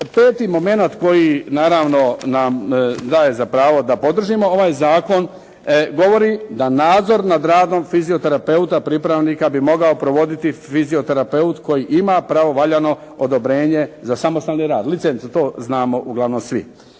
peti momenat koji naravno nam daje za pravo da podržimo ovaj zakon govori da nadzor nad radom fizioterapeuta pripravnika bi mogao provoditi fizioterapeut koji ima pravovaljano odobrenje za samostalni rad, licencu. To znamo uglavnom svi.